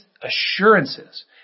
assurances